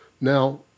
Now